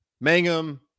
Mangum